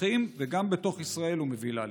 בשטחים וגם בתוך ישראל הוא מביא לאלימות.